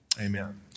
Amen